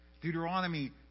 Deuteronomy